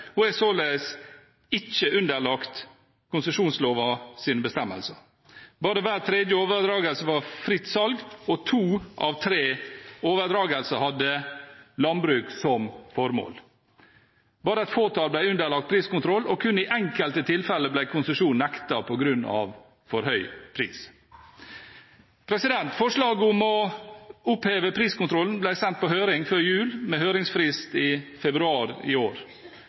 og er således ikke underlagt konsesjonslovens bestemmelser. Bare hver tredje overdragelse var fritt salg, og to av tre overdragelser hadde landbruk som formål. Bare et fåtall ble underlagt priskontroll, og kun i enkelte tilfeller ble konsesjon nektet på grunn av for høy pris. Forslag om å oppheve priskontrollen ble sendt på høring før jul med høringsfrist i februar i år.